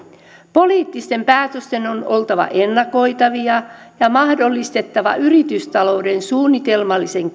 poliittisten päätösten on oltava ennakoitavia ja niiden on mahdollistettava yritystalouden suunnitelmallinen